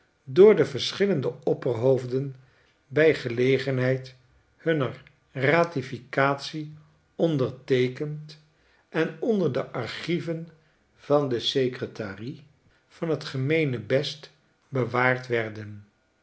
door de verschillende opperhoofden bij gelegenheid hunner ratificatie onderteekend en onder de archieven van de secretarie van t gemeenebest bewaard werden